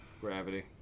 Gravity